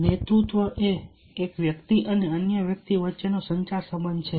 નેતૃત્વ એ એક વ્યક્તિ અને અન્ય વ્યક્તિ વચ્ચેનો સંચાર સંબંધ છે